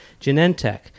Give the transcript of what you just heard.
Genentech